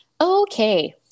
Okay